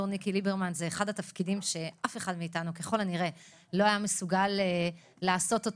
זה אחד התפקידים שאף אחד מאתנו ככל הנראה לא היה מסוגל לעשות,